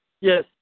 Yes